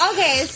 Okay